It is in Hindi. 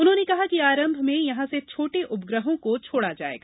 उन्होंने कहा कि आरम्भ में यहां से छोटे उपग्रहों को छोड़ा जायेगा